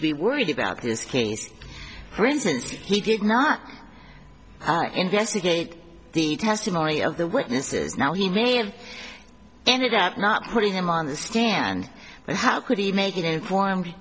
to be worried about this case for instance he did not investigate the testimony of the witnesses now he may have ended up not putting him on the stand but how could he make an informed